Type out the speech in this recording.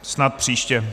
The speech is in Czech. Snad příště.